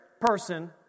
person